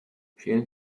vielen